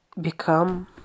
become